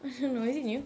I don't know is it new